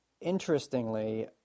Interestingly